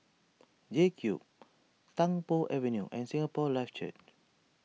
JCube Tung Po Avenue and Singapore Life Church